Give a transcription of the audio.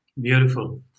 Beautiful